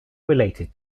related